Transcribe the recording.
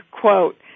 quote